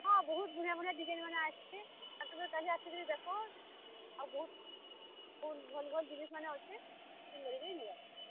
ହଁ ବହୁତ୍ ବଢିଆଁ ବଢିଆଁ ଡିଜାଇନ୍ ମାନେ ଆସିଛେ ତ ସବୁବେଳେ କାଲି ଆସିକିରି ଦେଖ ଆଉ ବହୁତ୍ ଭଲ୍ ଭଲଲ୍ ଜିନିଷ ମାନେ ଅଛେ ନିଅ